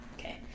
okay